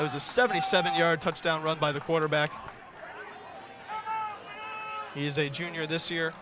i was a seventy seven yard touchdown run by the quarterback he's a junior this year